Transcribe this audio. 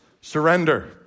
surrender